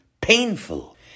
painful